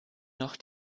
noch